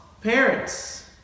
parents